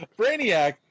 brainiac